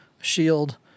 shield